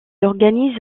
organise